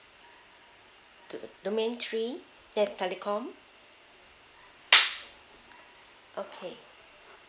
do~ domain three that telecom okay